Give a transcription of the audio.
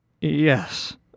Yes